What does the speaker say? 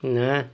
ନା